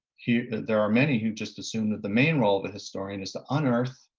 there are many who just assumed that the main role of the historian is to unearth,